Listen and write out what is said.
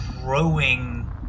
growing